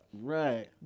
right